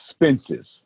expenses